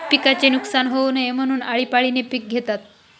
पिकाचे नुकसान होऊ नये म्हणून, आळीपाळीने पिक घेतात